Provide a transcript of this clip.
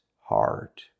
heart